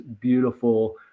beautiful